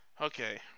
Okay